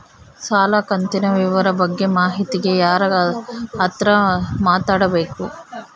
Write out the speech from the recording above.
ಸಾಲ ಕಂತಿನ ವಿವರ ಬಗ್ಗೆ ಮಾಹಿತಿಗೆ ಯಾರ ಹತ್ರ ಮಾತಾಡಬೇಕು?